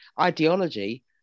ideology